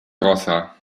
rossa